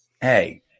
hey